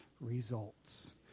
results